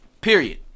period